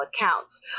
accounts